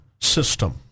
System